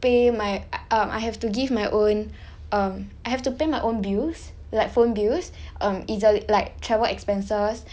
pay my I um I have to give my own um I have to pay my own bills like phone bills um E z~ like travel expenses